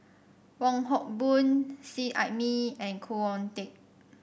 Wong Hock Boon Seet Ai Mee and Khoo Oon Teik